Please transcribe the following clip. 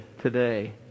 today